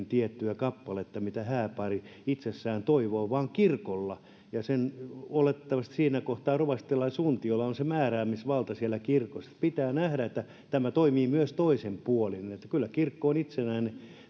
tiettyä kappaletta mitä hääpari itse toivoo vaan kirkolla ja oletettavasti siinä kohtaa rovastilla ja suntiolla on se määräämisvalta siellä kirkossa pitää nähdä että tämä toimii myös toisin puolin kyllä kirkko on itsenäinen